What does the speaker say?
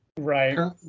right